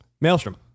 Maelstrom